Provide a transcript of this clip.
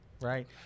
right